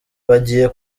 bagiye